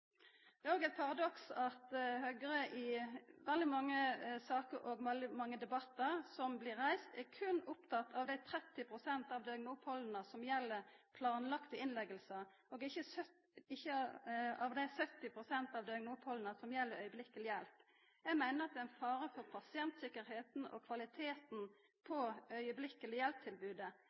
Det er òg eit paradoks at Høgre i veldig mange saker og debattar berre er oppteken av dei 30 pst. av døgnopphalda som gjeld planlagde innleggingar, og ikkje av dei 70 pst. av døgnopphalda som gjeld øyeblikkeleg hjelp. Eg meiner at det er ein fare for pasientsikkerheita og kvaliteten på